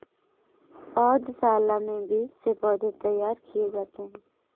पौधशाला में बीज से पौधे तैयार किए जाते हैं